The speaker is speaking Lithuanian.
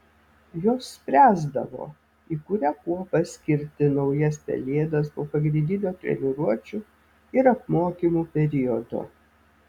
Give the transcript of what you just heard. jos spręsdavo į kurią kuopą skirti naujas pelėdas po pagrindinio treniruočių ir apmokymų periodo